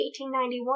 1891